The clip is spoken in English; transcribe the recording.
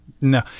no